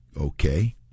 okay